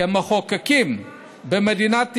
כמחוקקים במדינת ישראל,